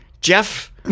Jeff